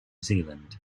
zealand